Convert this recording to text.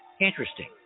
interesting